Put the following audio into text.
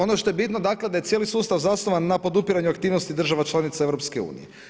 Ono što je bitno, dakle da je cijeli sustav zasnovan na podupiranju aktivnosti država članica EU.